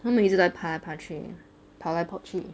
它们每次在爬来爬去跑来跑去